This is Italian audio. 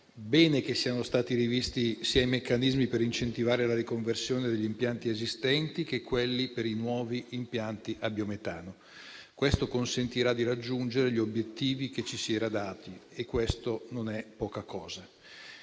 bene che siano stati rivisti i meccanismi per incentivare sia la riconversione degli impianti esistenti sia quelli nuovi a biometano: questo consentirà di raggiungere gli obiettivi che ci si era dati, e non è poca cosa.